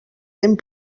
lent